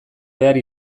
behar